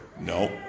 No